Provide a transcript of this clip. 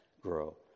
grow